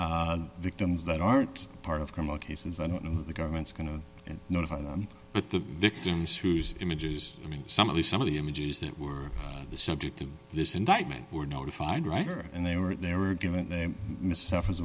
victims that aren't part of criminal cases i don't know the government's going to notify them but the victims whose images i mean some of the some of the images that were the subject of this indictment were notified writer and they were they were given they missed suffers